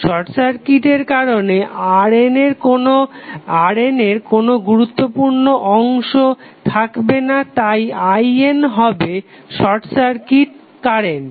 short সার্কিটের কারণে RN এর কোনো গুরুত্বপূর্ণ অংশ থাকবে না তাই IN হবে শর্ট সার্কিট কারেন্ট